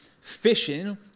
fishing